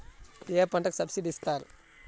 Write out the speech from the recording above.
ఏ పంటకు సబ్సిడీ ఇస్తారు?